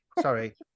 Sorry